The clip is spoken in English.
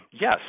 Yes